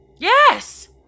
Yes